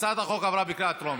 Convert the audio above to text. הצעת החוק עברה בקריאה טרומית.